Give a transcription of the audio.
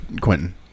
Quentin